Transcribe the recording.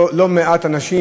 לא מעט אנשים,